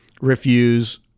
refuse